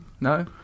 no